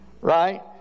Right